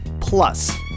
plus